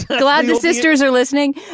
glad the sisters are listening